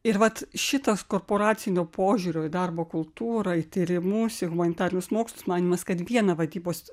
ir vat šitas korporacinio požiūrio į darbo kultūrą į tyrimus į humanitarinius mokslus manymas kad vieną vadybos